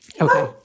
Okay